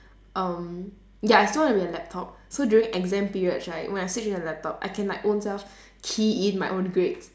um ya so I want to be a laptop so during exam periods right when I switch into a laptop I can like ownself key in my own grades